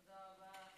תודה רבה,